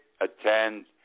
attend